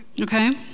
okay